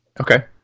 Okay